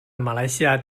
马来西亚